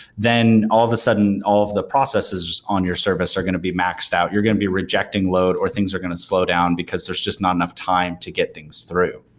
then all of a sudden all of the processes on your service are going to be maxed out. you're going to be rejecting load or things are going to slow down because there's just not enough time to get things through.